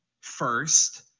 first